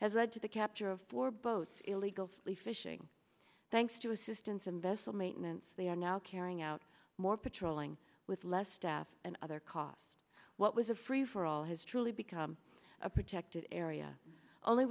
has led to the capture of four boats illegal fishing thanks to assistance and vessel maintenance they are now carrying out more patrolling with less staff and other costs what was a free for all has truly become a protected area only